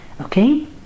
Okay